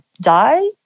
die